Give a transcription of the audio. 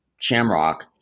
Shamrock